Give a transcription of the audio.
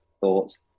thoughts